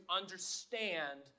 understand